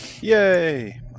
Yay